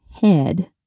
head